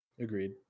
Agreed